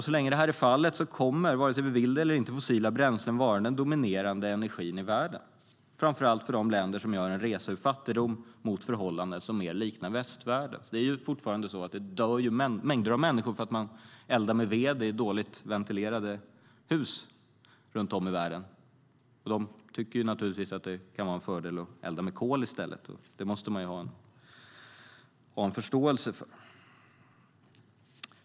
Så länge så är fallet kommer fossila bränslen, vare sig vi vill det eller inte, att vara den dominerande energin i världen, framför allt för de länder som gör en resa ur fattigdom mot förhållanden som mer liknar västvärldens. Det dör fortfarande mängder av människor för att man eldar med ved i dåligt ventilerade hus runt om i världen. Där tycker man naturligtvis att det kan vara en fördel att elda med kol i stället. Det måste man ha en förståelse för.